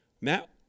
Matt